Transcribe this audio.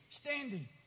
standing